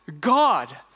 God